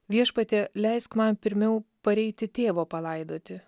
viešpatie leisk man pirmiau pareiti tėvo palaidoti